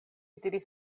diris